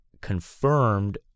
confirmed